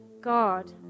God